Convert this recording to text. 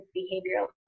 behavioral